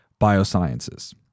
biosciences